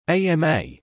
AMA